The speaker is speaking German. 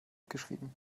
geschrieben